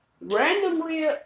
Randomly